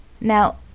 now